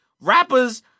rappers